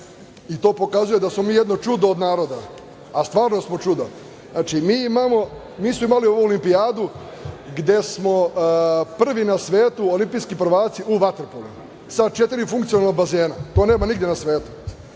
i to pokazuje da smo mi jedno čudo od naroda. Stvarno smo čudo. Mi smo imali ovu olimpijadu gde smo prvi na svetu, olimpijski prvaci u vaterpolu sa četiri funkcionalna bazena. To nema nigde na svetu.